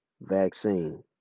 vaccine